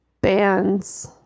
bands